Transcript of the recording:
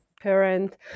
parent